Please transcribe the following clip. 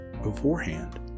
Beforehand